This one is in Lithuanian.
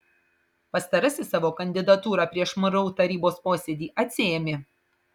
pastarasis savo kandidatūrą prieš mru tarybos posėdį atsiėmė